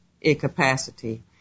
incapacity